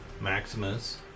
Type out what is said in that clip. Maximus